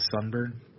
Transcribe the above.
sunburn